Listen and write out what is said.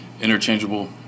interchangeable